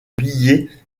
billet